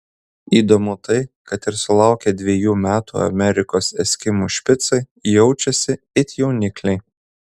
įdomu tai kad ir sulaukę dviejų metų amerikos eskimų špicai jaučiasi it jaunikliai